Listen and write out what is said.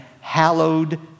hallowed